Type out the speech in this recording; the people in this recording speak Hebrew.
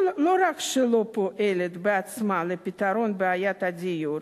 לא רק שהיא לא פועלת בעצמה לפתרון בעיית הדיור,